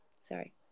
sorry